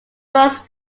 most